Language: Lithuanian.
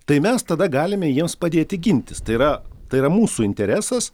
tai mes tada galime jiems padėti gintis tai yra tai yra mūsų interesas